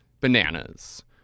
bananas